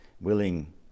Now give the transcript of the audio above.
willing